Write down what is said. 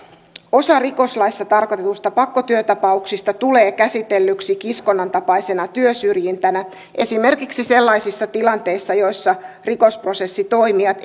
osa rikoslaissa tarkoitetuista pakkotyötapauksista tulee käsitellyksi kiskonnan tapaisena työsyrjintänä esimerkiksi sellaisissa tilanteissa joissa rikosprosessitoimijat